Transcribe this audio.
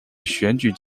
选举